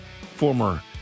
Former